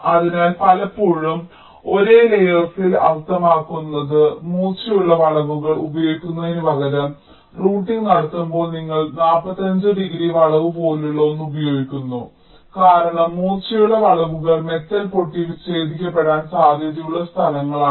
അതിനാൽ പലപ്പോഴും ഒരേ ലേയേർസിൽ അർത്ഥമാക്കുന്നത് മൂർച്ചയുള്ള വളവുകൾ ഉപയോഗിക്കുന്നതിനുപകരം റൂട്ടിംഗ് നടത്തുമ്പോൾ നിങ്ങൾ 45 ഡിഗ്രി വളവ് പോലുള്ള ഒന്ന് ഉപയോഗിക്കുന്നു കാരണം മൂർച്ചയുള്ള വളവുകൾ മെറ്റൽ പൊട്ടി വിച്ഛേദിക്കപ്പെടാൻ സാധ്യതയുള്ള സ്ഥലങ്ങളാണ്